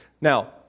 Now